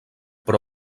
però